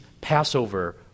Passover